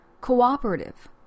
Cooperative